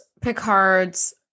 Picard's